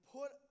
Put